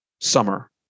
summer